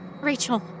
Rachel